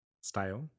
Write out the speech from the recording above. style